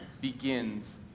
begins